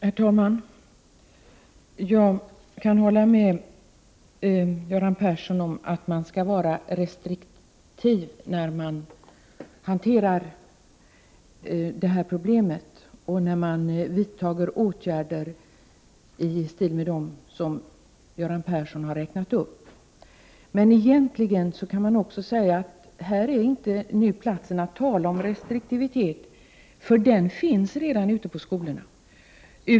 Herr talman! Jag kan hålla med Göran Persson om att man skall vara restriktiv när man hanterar det här problemet och när man vidtar åtgärder av den typ som Göran Persson räknade upp. Men det här inte är rätta platsen att tala om restriktivitet, eftersom en sådan redan finns ute i skolorna.